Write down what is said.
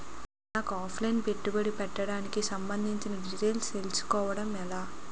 నాకు offline పెట్టుబడి పెట్టడానికి సంబందించిన డీటైల్స్ తెలుసుకోవడం ఎలా?